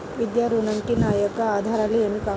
విద్యా ఋణంకి నా యొక్క ఆధారాలు ఏమి కావాలి?